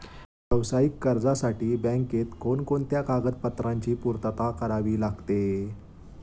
व्यावसायिक कर्जासाठी बँकेत कोणकोणत्या कागदपत्रांची पूर्तता करावी लागते?